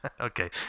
Okay